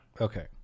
Okay